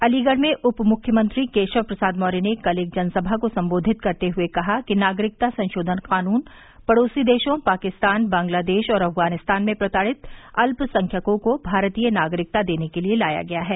अलीगढ़ में उप मुख्यमंत्री केशव प्रसाद मौर्य ने कल एक जनसभा को संबोधित करते हुए कहा कि नागरिकता संशोधन कानून पड़ोसी देशों पाकिस्तान बांग्लादेश और अफगानिस्तान में प्रताड़ित अल्पसंख्यकों को भारतीय नागरिकता देने के लिए लाया गया है